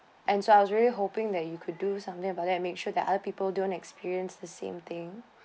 and so I was really hoping that you could do something about that make sure that other people don't experience the same thing